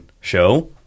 show